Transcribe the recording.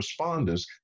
responders